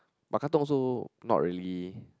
but Katong also not really